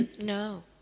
No